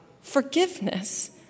forgiveness